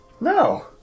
no